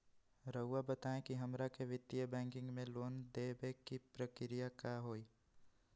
रहुआ बताएं कि हमरा के वित्तीय बैंकिंग में लोन दे बे के प्रक्रिया का होई?